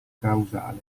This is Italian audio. causale